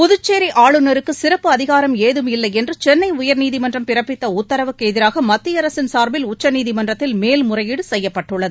புதுச்சேரி ஆளுநருக்கு சிறப்பு அதிகாரம் ஏதுமில்லை என்று சென்னை உயர்நீதிமன்றம் பிறப்பித்த உத்தரவுக்கு உ எதிராக மத்திய அரசின் சார்பில் உச்சநீதிமன்றத்தில் மேல்முறையீடு செய்யப்பட்டுள்ளது